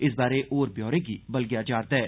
इस बारै होर ब्यौरे गी बलगेया जा रदा ऐ